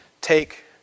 take